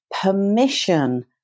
permission